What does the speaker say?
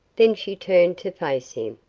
then she turned to face him,